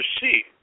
see